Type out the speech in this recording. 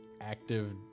active